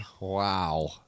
Wow